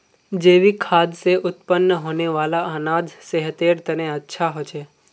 जैविक खाद से उत्पन्न होने वाला अनाज सेहतेर तने अच्छा होछे